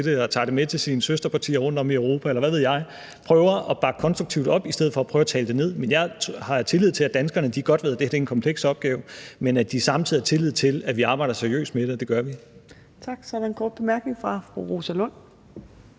og tager det med til sine søsterpartier rundt om i Europa, eller hvad ved jeg – altså prøver at bakke konstruktivt op i stedet for at prøve at tale det ned. Jeg har tillid til, at danskerne godt ved, at det her er en kompleks opgave, men at de samtidig har tillid til, at vi arbejder seriøst med det, og det gør vi. Kl. 15:05 Fjerde næstformand